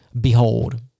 behold